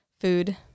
food